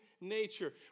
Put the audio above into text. Nature